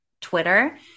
Twitter